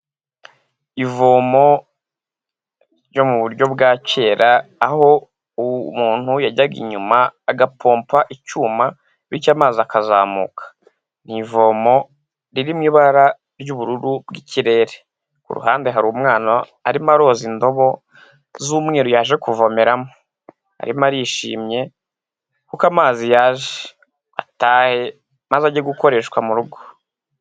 Ivomo ryo mu buryo bwa kera aho umuntu yajyaga inyuma agapompa icyuma bityo amazi akazamuka mu ivomo riri mu ibara ry'ubururu bw'ikirere, ku ruhande hari umwana arimo aroza indobo z'umweru yaje kuvomeramo arimo arishimye kuko amazi yaje atahe maze ajye gukoreshwa mu rugo.